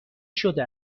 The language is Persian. شده